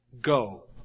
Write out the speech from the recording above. Go